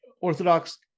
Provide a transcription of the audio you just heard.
Orthodox